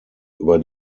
über